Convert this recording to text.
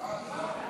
סעיפים 1 25